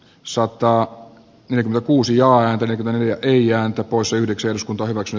sotaa kylmä kuusi ja oli vähän liian tapaus yhdeksi eduskunta hyväksy